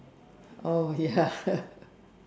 oh ya